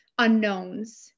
unknowns